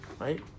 Right